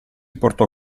portò